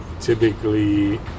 typically